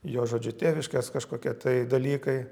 jo žodžiu tėviškės kažkokie tai dalykai